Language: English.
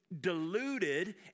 deluded